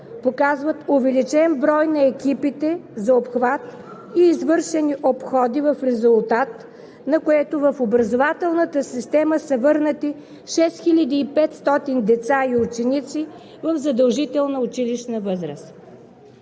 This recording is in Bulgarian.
показват увеличен брой на екипите за обхват и извършени обходи, в резултат на което в образователната система са върнати 6500 деца и ученици в задължителна училищна възраст.